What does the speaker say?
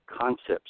concepts